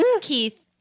Keith